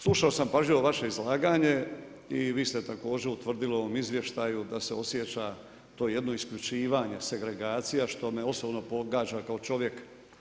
Slušao sam pažljivo vaše izlaganje i vi ste također utvrdili u ovom izvještaju da se osjeća to jedno isključivanje segregacija što me osobno pogađa kao čovjek.